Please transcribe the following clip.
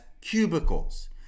cubicles